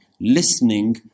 Listening